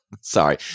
Sorry